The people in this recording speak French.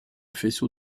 faisceau